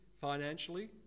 financially